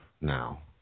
now